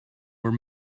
were